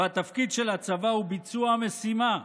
והתפקיד של הצבא הוא ביצוע משימה,